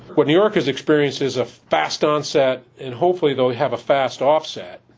what new york has experienced is a fast onset, and hopefully, they'll have a fast offset.